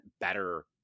better